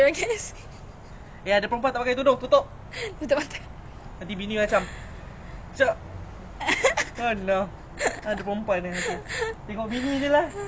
I mean not only the religion but sounds like tiger wife like scam tiger parents also are they actually a bit controlling !wow!